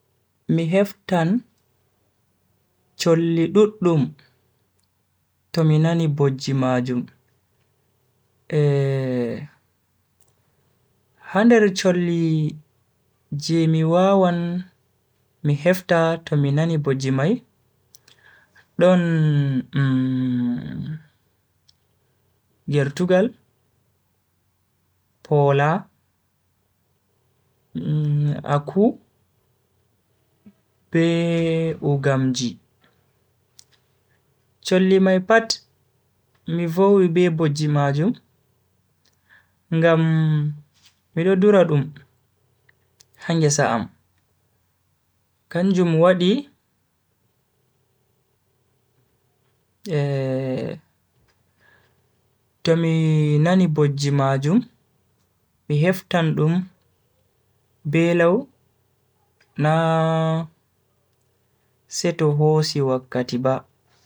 Mi heftan cholli duddum to mi nani bojji majum. Ha nder cholli je mi wawan mi hefta tomi nani bojji mai, don, gertugal, poola, aku, be ugamji. Cholli mai pat mi vowi be bojji majum ngam mido dura dum ha ngesa am kanjum wadi tomi nani bojji majum mi heftan dum be lau na seto hosi wakkati ba sam.